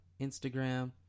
Instagram